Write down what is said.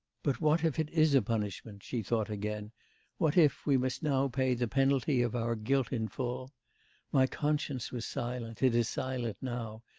but what, if it is a punishment she thought again what, if we must now pay the penalty of our guilt in my conscience was silent, it is silent now,